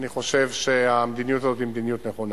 אני חושב שהמדיניות הזאת היא מדיניות נכונה.